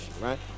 right